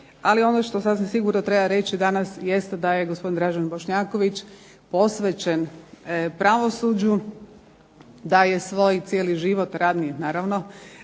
Ali ono što sasvim sigurno treba reći danas jeste da je gospodin Dražen Bošnjaković posvećen pravosuđu, da je cijeli svoj život, radni naravno,